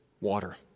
water